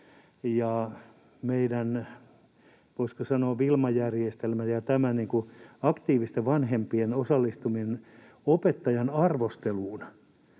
Meidän, voisiko sanoa, Wilma-järjestelmä ja tämä aktiivisten vanhempien osallistuminen opettajan arvosteluun